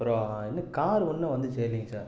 அப்புறம் இன்னும் கார் ஒன்றும் வந்து சேரலைங்க சார்